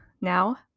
Now